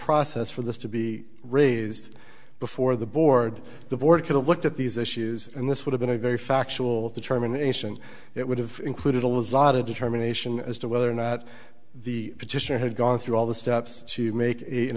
process for this to be raised before the board the board could have looked at these issues and this would have been a very factual determination it would have included a lot of determination as to whether or not the petitioner had gone through all the steps to make it